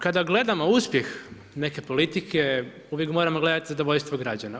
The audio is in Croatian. Kada gledamo uspjeh neke politike, uvijek moramo gledat zadovoljstvo građana.